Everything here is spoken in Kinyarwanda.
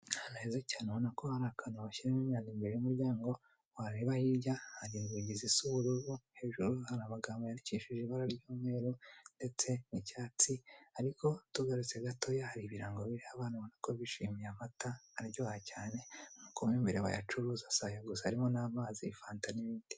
Ahantu heza cyane ubona ko hari akantu bashyiramo imyanda imbere y'umuryango, wareba hirya hari inzugi zisa ubururu, hejuru hari amagambo yandikishije ibara ry'umweru ndetse n'icyatsi, ariko tugarutse gatoya hari ibirango biriho abana ubona ko bishimiye amata aryoha cyane, nk'uko mu imbere bayacuruza, si ayo gusa, harimo n'amazi, fanta n'ibindi.